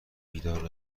بیدار